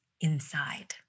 inside